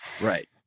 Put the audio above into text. Right